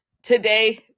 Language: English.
Today